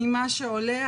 ממה שעולה,